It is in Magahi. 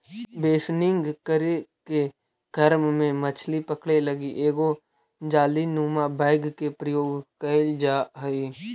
बेसनिंग करे के क्रम में मछली पकड़े लगी एगो जालीनुमा बैग के प्रयोग कैल जा हइ